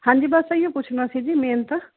ਹਾਂਜੀ ਬਸ ਇਹੀ ਪੁੱਛਣਾ ਸੀ ਜੀ ਮੇਨ ਤਾਂ